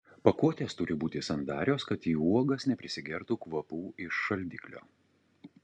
pakuotės turi būti sandarios kad į uogas neprisigertų kvapų iš šaldiklio